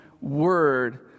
word